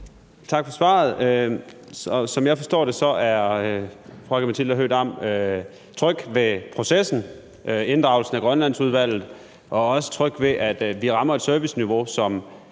Tak for svaret. Som jeg forstår det, er fru Aki-Matilda Høegh-Dam tryg ved processen – inddragelsen af Grønlandsudvalget – og også tryg ved, at vi rammer et serviceniveau, som